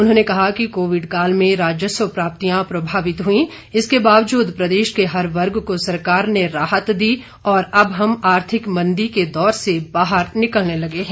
उन्होंने कहा कि कोविड काल में राजस्व प्राप्तियां प्रभावित हुईं इसके बावजूद प्रदेश के हर वर्ग को सरकार ने राहत दी और अब हम आर्थिक मंदी की दौर से बाहर निकलने लगे हैं